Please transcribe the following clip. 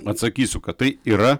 atsakysiu kad tai yra